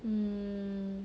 mm